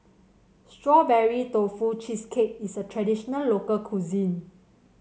Strawberry Tofu Cheesecake is a traditional local cuisine